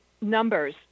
numbers